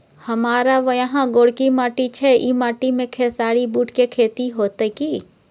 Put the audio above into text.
हमारा यहाँ गोरकी माटी छै ई माटी में खेसारी, बूट के खेती हौते की?